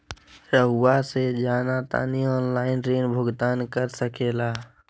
रहुआ से जाना तानी ऑनलाइन ऋण भुगतान कर सके ला?